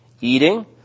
eating